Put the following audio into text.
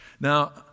Now